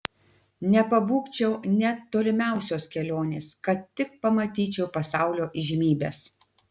nepabūgčiau net tolimiausios kelionės kad tik pamatyčiau pasaulio įžymybes